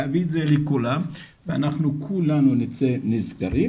להביא את זה לכולם ואנחנו כולנו נצא נשכרים